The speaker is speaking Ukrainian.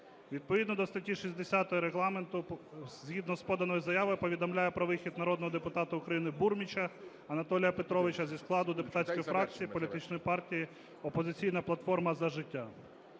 Відповідно до статті 60 Регламенту згідно з поданою заявою повідомляю про вихід народного депутата України Бурміча Анатолія Петровича зі складу депутатської фракції політичної партії "Опозиційна платформа - За життя".